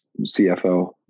CFO